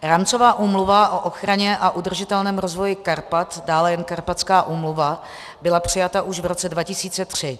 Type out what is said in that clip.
Rámcová úmluva o ochraně a udržitelném rozvoji Karpat, dále jen Karpatská úmluva, byla přijata už v roce 2003.